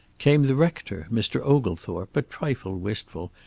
came the rector, mr. oglethorpe, a trifle wistful,